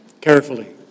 carefully